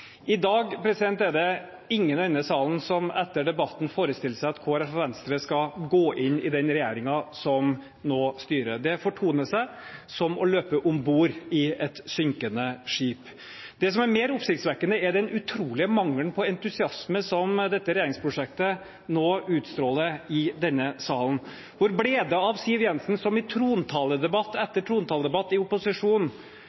I dag er det ingen i denne salen som etter debatten forestiller seg at Kristelig Folkeparti og Venstre skal gå inn i den regjeringen som nå styrer. Det fortoner seg som å løpe om bord i et synkende skip. Det som er mer oppsiktsvekkende, er den utrolige mangelen på entusiasme som dette regjeringsprosjektet utstråler i denne salen. Hvor ble det av Siv Jensen, som i trontaledebatt etter trontaledebatt i opposisjon